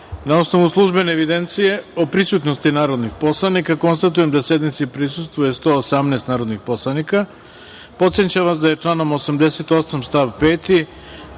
osnovu službene evidencije o prisutnosti narodnih poslanika, konstatujem da sednici prisustvuje 118 narodnih poslanika. Podsećam vas da je članom 88. stav 5.